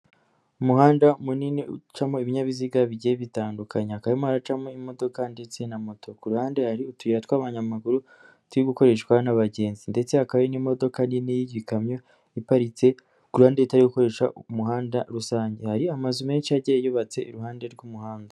Umuhanda munini ucamo ibinyabiziga bigiye bitandukanye hakaba harimo haracamo imodoka ndetse na moto kuruhande hari utuyira tw'abanyamaguru turi gukoreshwa n'abagenzi ndetse hakaba n'imodoka nini y'igikamyo iparitse ku ruhande itari gukoresha umuhanda rusange hari amazu menshi agiye yubatse iruhande rw'umuhanda.